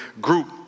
group